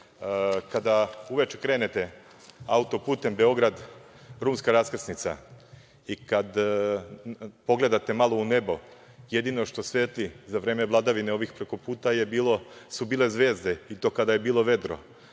Kada uveče krenete auto-putem Beograd-Rumska raskrsnica i kada pogledate malo u nebo, jedino što svetli za vreme vladavine ovih preko puta su bile zvezde, i to kada je bilo vedro.